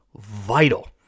vital